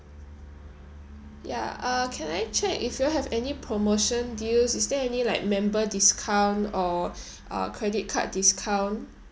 ya uh can I check if you have any promotion deals is there any like member discount or uh credit card discount